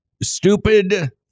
Stupid